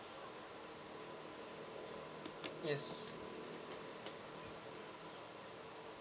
yes